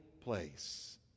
place